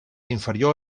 inferior